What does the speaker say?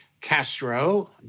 Castro